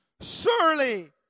surely